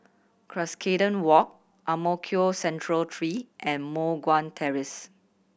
Cuscaden Walk Ang Mo Kio Central Three and Moh Guan Terrace